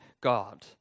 God